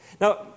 Now